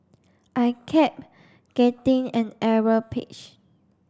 I kept getting an error page